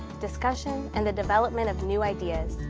discussion, and the development of new ideas.